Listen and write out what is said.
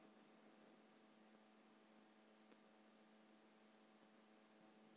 चना बटर मसरी ला धान ला कतक के आघु बुनना चाही या छेद मां?